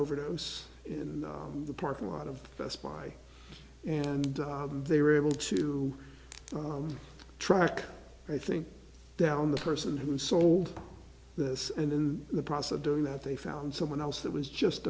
overdose in the parking lot of best buy and they were able to track i think down the person who sold this and in the process of doing that they found someone else that was just